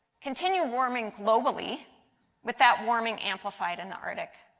continued warming globally with that warming amplified in the arctic.